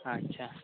ᱟᱪᱪᱷᱟ